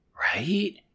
right